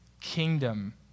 kingdom